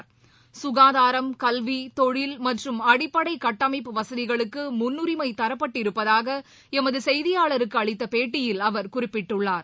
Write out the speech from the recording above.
கல்வி சுகாதாரம் தொழில் மற்றும் அடப்படைகட்டமைப்பு வசதிகளுக்குமுன்னுரிமைதரப்பட்டிருப்பதாகளமதுசெய்தியாளருக்குஅளித்தபேட்டியில் அவர் குறிப்பிட்டுள்ளார்